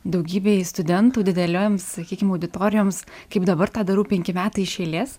daugybei studentų dideliom sakykim auditorijoms kaip dabar tą darau penki metai iš eilės